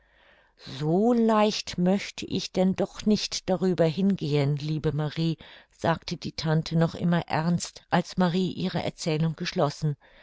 so leicht möchte ich denn doch nicht darüber hingehen liebe marie sagte die tante noch immer ernst als marie ihre erzählung geschlossen